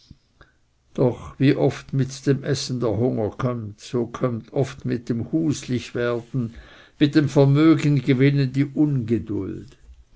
doch wie oft mit dem essen der hunger kommt so kömmt oft mit dem huslichwerden mit dem vermögengewinnen die ungeduld